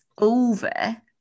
over